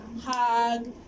hug